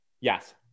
Yes